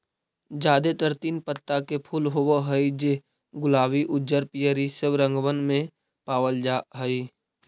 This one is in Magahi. जादेतर तीन पत्ता के फूल होब हई जे गुलाबी उज्जर पीअर ईसब रंगबन में पाबल जा हई